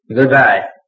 Goodbye